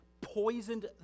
poisoned